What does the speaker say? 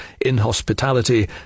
inhospitality